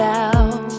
out